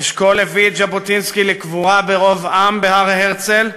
אשכול הביא את ז'בוטינסקי לקבורה ברוב עם בהר-הרצל,